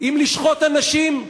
עם לשחוט אנשים?